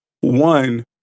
One